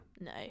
No